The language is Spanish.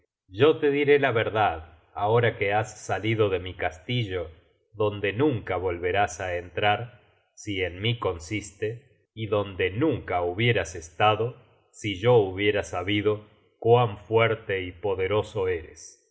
yo te diré la verdad ahora que has salido de mi castillo donde nunca volverás á entrar si en mí consiste y donde nunca hubieras estado si yo hubiera sabido cuán fuerte y poderoso eres